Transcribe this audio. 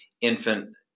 infant